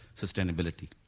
sustainability